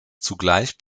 zugleich